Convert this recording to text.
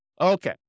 Okay